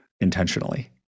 intentionally